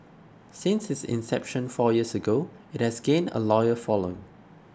since its inception four years ago it has gained a loyal following